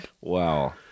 wow